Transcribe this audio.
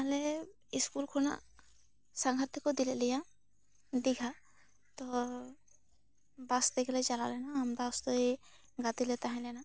ᱟᱞᱮ ᱤᱥᱠᱩᱞ ᱠᱷᱚᱱᱟᱜ ᱥᱟᱸᱜᱷᱟᱨ ᱛᱮᱠᱚ ᱤᱫᱤ ᱞᱮᱫ ᱞᱮᱭᱟ ᱫᱤᱜᱷᱟ ᱛᱚ ᱵᱟᱥ ᱛᱮᱜᱮ ᱞᱮ ᱪᱟᱞᱟ ᱞᱮᱱᱟ ᱟᱢᱫᱟᱥᱛᱮ ᱜᱟᱛᱮ ᱞᱮ ᱛᱟᱦᱮᱸᱞᱮᱱᱟ